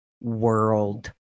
World